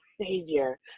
Savior